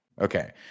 okay